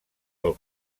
del